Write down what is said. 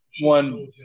one